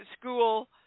school